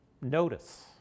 notice